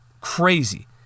crazy